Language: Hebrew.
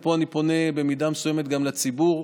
ופה אני פונה במידה מסוימת גם לציבור,